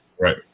Right